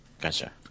Gotcha